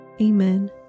Amen